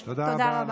תודה רבה.